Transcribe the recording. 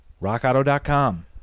rockauto.com